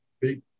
big